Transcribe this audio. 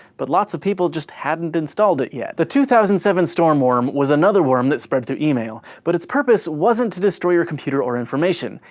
but lots of people just hadn't installed it yet. the two thousand and seven storm worm was another worm that spread through email. but its purpose wasn't to destroy your computer or information,